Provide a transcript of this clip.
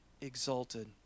exalted